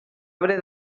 arbre